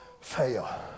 fail